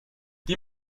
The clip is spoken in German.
die